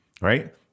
Right